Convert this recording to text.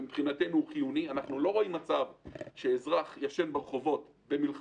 שמבחינתנו הוא חיוני אנחנו לא רואים מצב שאזרח ישן ברחובות במלחמה,